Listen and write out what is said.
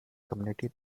community